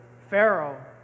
Pharaoh